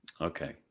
Okay